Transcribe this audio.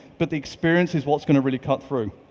but the experience is what's going to really cut through.